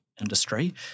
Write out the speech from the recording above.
industry